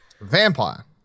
Vampire